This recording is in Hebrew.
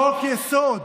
חוק-יסוד,